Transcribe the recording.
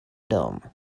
dome